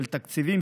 של תקציבים,